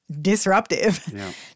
disruptive